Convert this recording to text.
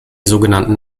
sogenannten